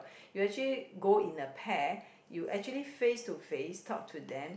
you actually go in a pair you actually go face to face talk to them